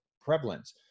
prevalence